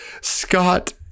Scott